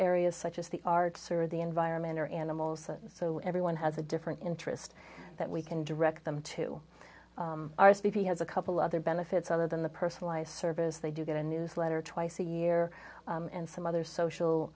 areas such as the arts or the environment or animals so everyone has a different interest that we can direct them to r s v p has a couple other benefits other than the personalized service they do get a newsletter twice a year and some other